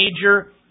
major